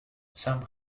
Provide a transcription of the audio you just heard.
some